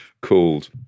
called